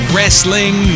Wrestling